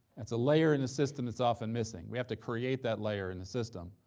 that's a layer in a system that's often missing. we have to create that layer in the system,